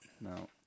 No